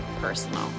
personal